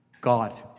God